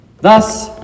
Thus